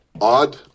odd